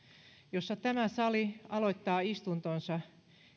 jossa tämä sali aloittaa istuntonsa